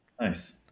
Nice